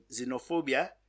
xenophobia